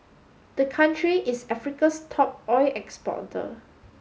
the country is Africa's top oil exporter